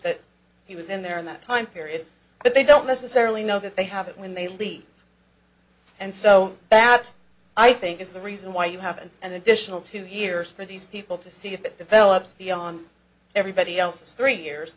that he was in there in that time period but they don't necessarily know that they have that when they leave and so that i think is the reason why you have an additional two years for these people to see if it develops he on everybody else's three years